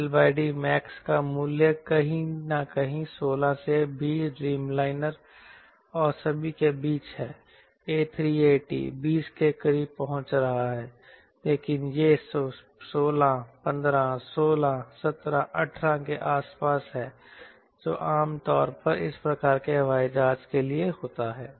LD max का मूल्य कहीं न कहीं 16 से 20 ड्रीमलाइनर और सभी के बीच है A 380 20 के करीब पहुंच रहा है लेकिन यह 16 15 16 17 18 के आसपास है जो आम तौर पर इस प्रकार के हवाई जहाज के लिए होता है